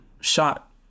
shot